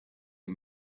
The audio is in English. you